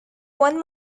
one